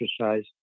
exercise